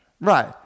Right